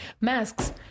Masks